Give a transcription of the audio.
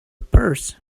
purse